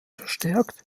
verstärkt